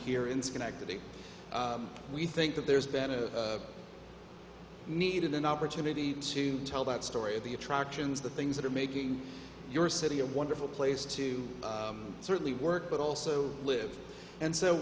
here in schenectady we think that there's been a needed an opportunity to tell that story of the attractions the things that are making your city a wonderful place to certainly work but also live and so